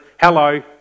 hello